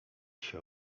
się